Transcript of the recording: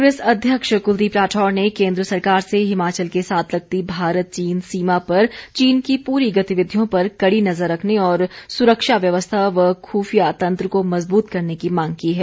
राठौर प्रदेश कांग्रेस अध्यक्ष कुलदीप राठौर ने केंद्र सरकार से हिमाचल के साथ लगती भारत चीन सीमा पर चीन की पूरी गतिविधियों पर कड़ी नज़र रखने और सुरक्षा व्यवस्था व खूफिया तंत्र को मजबूत करने की मांग की है